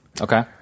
Okay